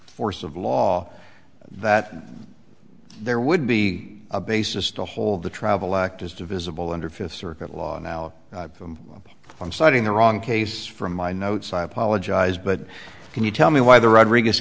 force of law that there would be a basis to hold the travel act is divisible under a fifth circuit law and now i'm citing the wrong case from my notes i apologize but can you tell me why the rodriguez